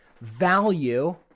value